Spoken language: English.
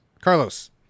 Carlos